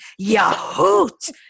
yahoot